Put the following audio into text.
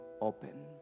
open